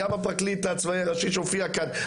גם הפרקליט הצבאי הראשי שהופיע כאן,